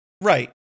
Right